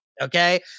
okay